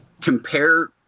compare